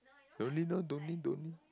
don't lean lor don't lean don't lean